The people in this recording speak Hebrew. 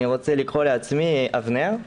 אני רוצה לקרוא לעצמי אבנר,